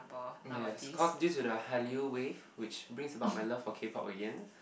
yes cause due to the Hallyu-Wave which brings about my love for K-pop again